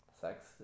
sex